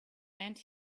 and